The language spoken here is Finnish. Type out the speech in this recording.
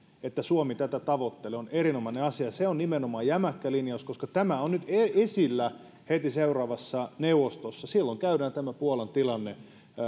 että suomi tätä tavoittelee on erinomainen asia se on nimenomaan jämäkkä linjaus koska tämä on nyt esillä heti seuraavassa neuvostossa silloin käydään läpi tämä puolan tilanne